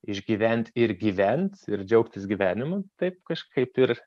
išgyvent ir gyvent ir džiaugtis gyvenimu taip kažkaip ir